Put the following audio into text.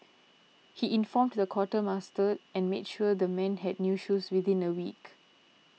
he informed the quartermaster and made sure the men had new shoes within a week